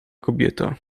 kobieta